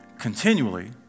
Continually